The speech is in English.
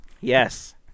Yes